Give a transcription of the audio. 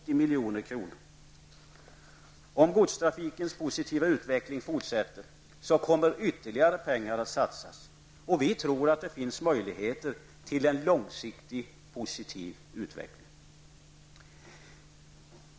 Om godstrafikens positiva utveckling fortsätter kommer ytterligare pengar att satsas. Vi tror att det finns möjligheter till en långsiktig positiv utveckling.